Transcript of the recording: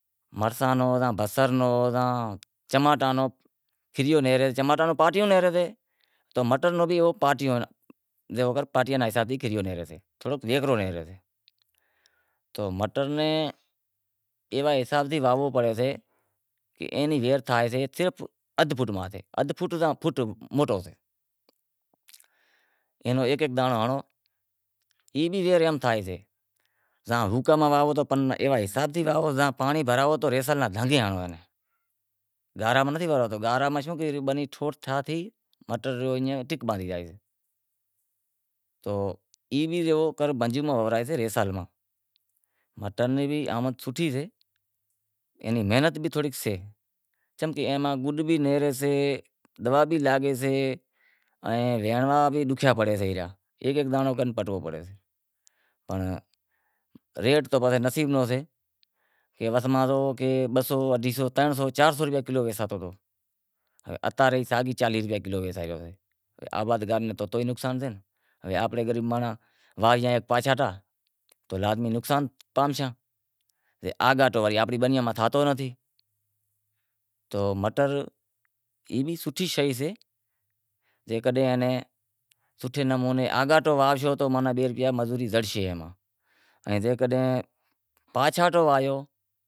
مرساں نو، بصر نو زاں چماٹان نو کھیریو نیہکرے چماٹاں نو پاٹیوں نیہرے تو مٹراں رو بھی پانٹیئے رو حساب تھی، تھوڑو ویکرو نیکرے، تو مٹر نیں ایوا حساب سیں واہونڑو پڑے کہ اینی ویہر تھے صرف ادھ فوٹ ماتھے، ادھ فوٹ زاں فوٹ موٹو سے اینو ایک ایک دانڑو ہنڑو ای بھ تھائیسے زاں ہوکے میں وہاوو تو ایوے حساب تھیں وہاوو زاں پانڑی ہنڑائو تو گارا میں ناں ہنڑو، ریسال میں ویہورائیجسے، مٹر میں بھی آمد سوٹھی سے پنڑ ای ماں محنت بھی لاگشے چمکہ ای ماں گڈ بھی نیہرے سے، دوا بھی لاگشے ویہاونڑ بھی ڈوکھیا پڑیں چم کہ ایک ایک دانڑو پٹنڑو پڑے پنڑ ریٹ تو پسے نصیب روں سے، کنیں ترن سو چار سو روپیا کلو ویسازتو، اتاں رے رگو چالیہہ روپیا کلو ویسایو، آبادگار ناں تو نقصان سے۔ ہے آنپڑے کن واہیاں پاشاٹا تو لازمی نقشان باندشاں، اے آگاٹو تو آنپڑی بنیاں میں تھاتو نتھی۔ تو مٹر ای سوٹھی شے سے جیکڈنہں ایئے ناں آگاٹو ہواہوشو تو بئے روپیا مزوری زڑشے ائیں جیکڈہں پاشاٹو واہیو